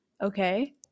Okay